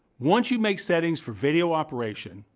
once you make settings for video operation,